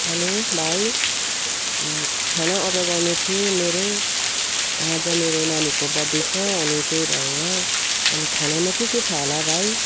hello भाइ खाना order गर्नुथ्यो मेरो आज मेरो नानीको बर्थडे छ अनि त्यही भएर अनि खानामा के के छ होला भाइ